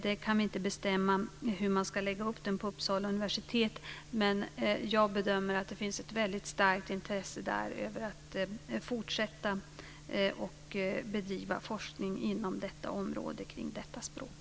Vi kan inte bestämma hur den ska läggas upp vid Uppsala universitet, men jag bedömer att det finns ett väldigt starkt intresse där för att bedriva fortsatt forskning kring detta språk.